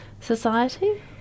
society